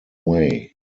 way